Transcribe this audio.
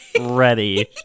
ready